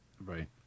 Right